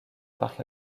parc